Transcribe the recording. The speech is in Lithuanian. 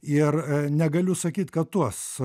ir negaliu sakyt kad tuos